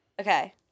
Okay